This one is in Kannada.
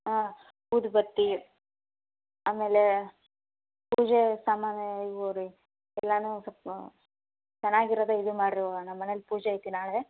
ಹಾಂ ಊದುಬತ್ತಿ ಆಮೇಲೆ ಪೂಜೆ ಸಾಮಾನು ಇವು ರೀ ಎಲ್ಲನು ಸೊಪ್ಪ ಚೆನ್ನಾಗಿರೋದೆ ಇದು ಮಾಡ್ರಿವ್ವ ನಮ್ಮನೆಲಿ ಪೂಜೆ ಐತಿ ನಾಳೆ